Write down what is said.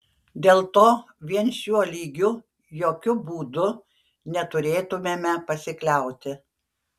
dėl to vien šiuo lygiu jokiu būdu neturėtumėme pasikliauti